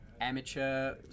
amateur